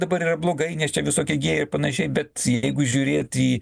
dabar yra blogai nes čia visokie gėjai ir panašiai bet jeigu žiūrėt į